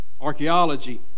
archaeology